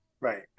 Right